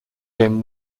him